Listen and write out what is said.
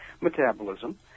metabolism